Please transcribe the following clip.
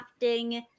crafting